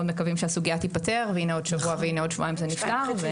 מקווים שהסוגיה תיפתר וכי בעוד שבוע ובעוד שבועיים היא נפתרת,